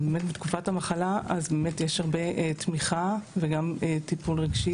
ובתקופת המחלה יש באמת הרבה תמיכה ואפשר להשיג גם טיפול רגשי.